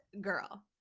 girl